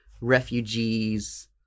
refugees